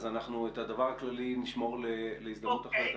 אז את הדבר הכללי נשמור להזדמנות אחרת.